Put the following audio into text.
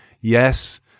yes